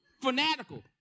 Fanatical